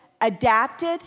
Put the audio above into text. adapted